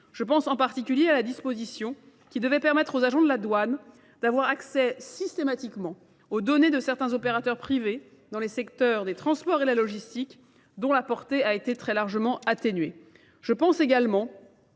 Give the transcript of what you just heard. Je pense en particulier à la disposition qui devait permettre aux agents de la douane d'avoir accès systématiquement aux données de certains opérateurs privés dans les secteurs des transports et la logistique dont la portée a été très largement atténuée. Je pense également